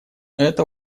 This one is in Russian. это